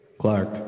Clark